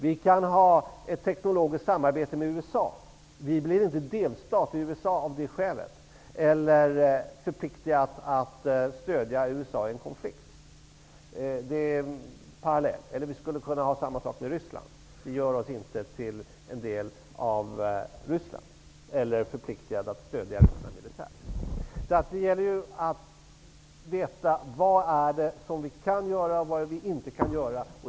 Vi kan ha ett teknologiskt samarbete med USA, men Sverige blir av det skälet inte delstat i USA eller förpliktigat att stödja USA i en konflikt. Samma sak gäller samarbete med Ryssland. Det skulle inte göra oss till en del av Ryssland eller förpliktiga Sverige att stödja Ryssland militärt. Det gäller att veta vad vi kan göra och vad vi inte kan göra.